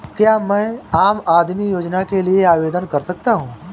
क्या मैं आम आदमी योजना के लिए आवेदन कर सकता हूँ?